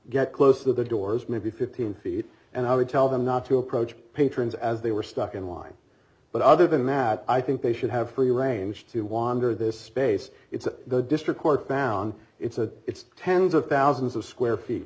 get close to the doors maybe fifteen feet and i would tell them not to approach patrons as they were stuck in line but other than that i think they should have free range to wander this space it's the district court down it's a it's tens of thousands of square feet